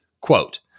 Quote